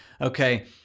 okay